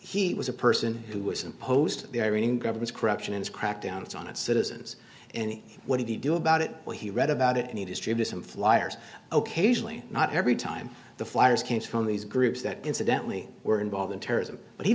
he was a person who was imposed the iranian government corruption and crackdowns on its citizens and what did he do about it what he read about it and history of this some flyers ok usually not every time the flyers came from these groups that incidentally were involved in terrorism but he